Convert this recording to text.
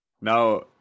Now